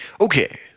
Okay